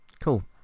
cool